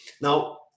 now